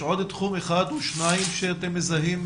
יש עוד תחום אחד או שניים שאתם מזהים,